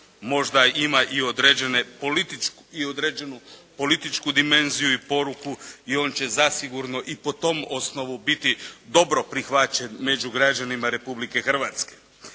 Možda ima i određenu političku dimenziju i poruku, i on će zasigurno i po tom osnovu biti dobro prihvaćen među građanima Republike Hrvatske.